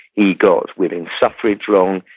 he got women's suffrage wrong.